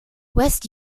west